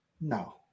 No